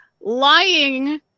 lying